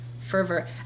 fervor